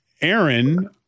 Aaron